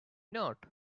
not